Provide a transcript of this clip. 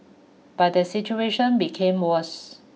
but the situation became worse